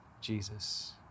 Jesus